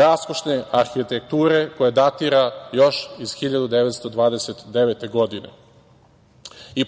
raskošne arhitekture koja datira još iz 1929. godine.